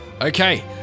Okay